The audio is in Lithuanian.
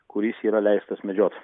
kuris yra leistas medžiot